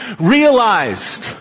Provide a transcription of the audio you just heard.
Realized